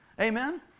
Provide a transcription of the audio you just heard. Amen